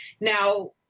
Now